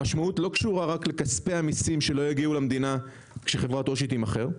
המשמעות לא קשורה רק לכספי המסים שלא יגיעו למדינה כשחברת Oshi תימכר,